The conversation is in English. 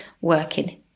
working